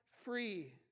free